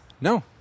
no